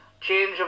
change